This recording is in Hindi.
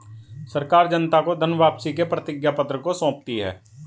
सरकार जनता को धन वापसी के प्रतिज्ञापत्र को सौंपती है